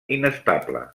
inestable